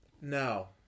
No